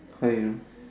how do you know